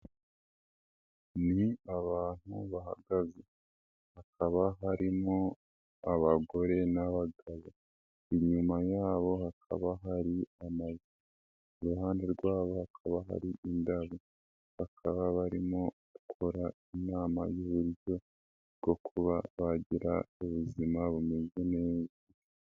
Ni abantu bahagaze hakaba harimo abagore n'abagabo, inyuma yabo hakaba hari amazu, iruhande rwabo hakaba hari indabo, bakaba barimo gukora inama y'uburyo bwo kuba bagira ubuzima bumeze neza.